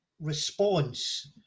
response